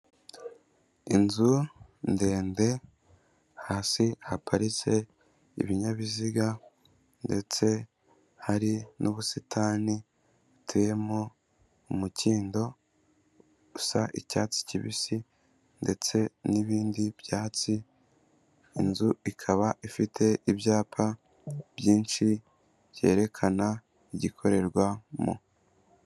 Inzu ndende, hasi haparitse ibinyabiziga ndetse hari n'ubusitani, buteyemo umukindo, usa icyatsi kibisi ndetse n'ibindi byatsi, inzu ikaba ifite ibyapa byinshi byerekana igikorerwamo.